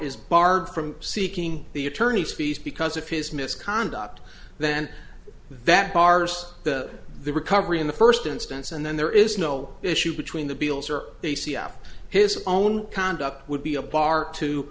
is barred from seeking the attorney's fees because of his misconduct then that bars the recovery in the first instance and then there is no issue between the bills or they see out his own conduct would be a bar to